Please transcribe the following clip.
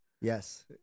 Yes